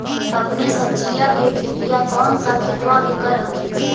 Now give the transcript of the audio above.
अपने सब्जिया के खेतिया कौन सा खेतबा मे कर हखिन?